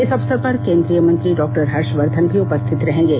इस अवसर पर कोन्द्रीय मंत्री डॉक्टर हर्षवर्धन भी उपस्थित रहेंगे